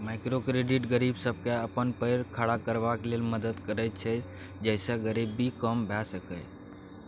micro credit गरीब सबके अपन पैर खड़ा करबाक लेल मदद करैत छै जइसे गरीबी कम भेय सकेए